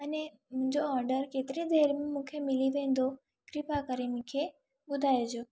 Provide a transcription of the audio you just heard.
अने मुंहिंजो ऑडर केतिरी देरि में मूंखे मिली वेंदो कृपा करे मूंखे ॿुधाइजो